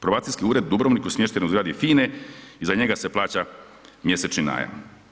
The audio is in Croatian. Probacijski ured Dubrovnik smješten u zgradi FINE i za njega se plaća mjesečni najam.